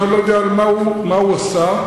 אני לא יודע מה הוא עשה,